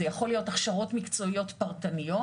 זה יכול להיות הכשרות מקצועיות פרטניות,